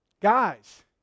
Guys